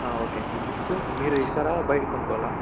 okay అండీ books మీరు ఇస్తారా బయట కొనుకోవాలా